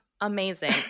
Amazing